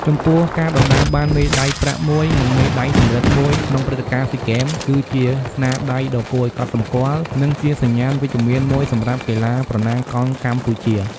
ចំពោះ ការដណ្ដើមបាន មេដៃប្រាក់មួយ និងមេដៃសំរឹទ្ធមួយ ក្នុងព្រឹត្តិការណ៍ស៊ីហ្គេម គឺជាស្នាដៃដ៏គួរឲ្យកត់សម្គាល់ និងជាសញ្ញាណវិជ្ជមានមួយសម្រាប់កីឡាប្រណាំងកង់កម្ពុជា។